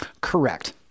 Correct